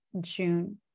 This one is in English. June